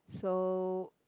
so